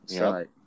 right